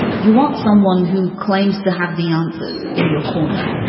you want someone who claims to have the answers in your corner.